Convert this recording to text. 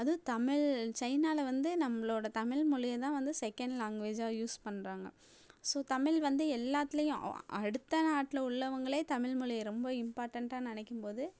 அதுவும் தமிழ் சைனாவில வந்து நம்மளோட தமிழ்மொலிய தான் வந்து செகண்ட் லாங்குவேஜாக யூஸ் பண்ணுறாங்க ஸோ தமிழ் வந்து எல்லாத்திலையும் அவ் அடுத்த நாட்டில உள்ளவங்களே தமிழ்மொலிய ரொம்ப இம்பார்டன்ட்டாக நினைக்கும் போது